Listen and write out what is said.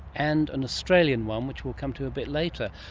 and an australian one which we'll come to a bit later.